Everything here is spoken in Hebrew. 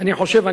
אני חושב,